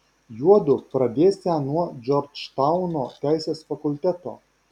juodu pradėsią nuo džordžtauno teisės fakulteto